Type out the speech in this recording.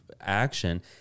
action